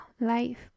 life